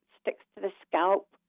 sticks-to-the-scalp